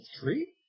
Three